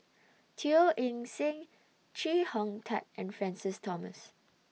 Teo Eng Seng Chee Hong Tat and Francis Thomas